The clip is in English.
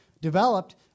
developed